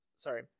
sorry